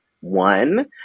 one